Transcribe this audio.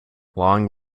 long